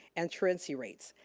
and truancy rates.